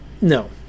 No